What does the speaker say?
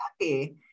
Happy